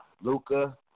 Luca